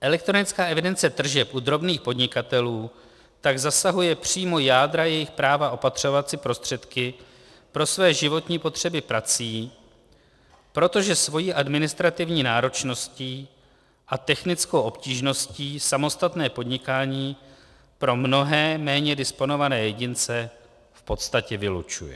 Elektronická evidence tržeb u drobných podnikatelů tak zasahuje přímo jádra jejich práva opatřovat si prostředky pro své životní potřeby prací, protože svojí administrativní náročností a technickou obtížností samostatné podnikání pro mnohé, méně disponované jedince, v podstatě vylučuje.